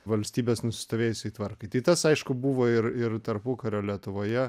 valstybės nusistovėjusiai tvarkai tai tas aišku buvo ir ir tarpukario lietuvoje